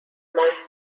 mount